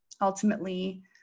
ultimately